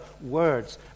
words